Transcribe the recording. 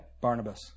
Barnabas